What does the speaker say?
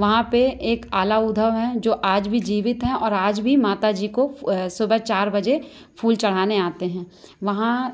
वहाँ पे एक आला उद्धव हैं जो आज भी जीवित हैं और आज भी माता जी को सुबह चार बजे फूल चढ़ाने आते हैं वहाँ